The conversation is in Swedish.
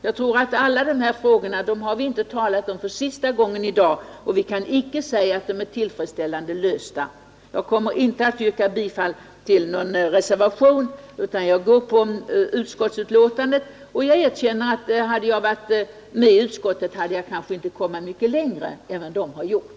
Jag tror att vi inte har talat om alla dessa frågor för sista gången i dag. Vi kan icke säga att de är tillfredsställande lösta. Jag kommer inte att yrka bifall till reservationen, utan jag går på utskottsutlåtandet, och jag erkänner att om jag hade varit med i utskottet hade jag kanske inte kommit mycket längre än vad utskottet har gjort.